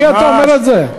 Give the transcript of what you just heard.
לי אתה אומר את זה?